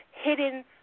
hidden